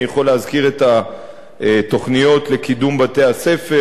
אני יכול להזכיר את התוכניות לקידום בתי-הספר